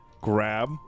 grab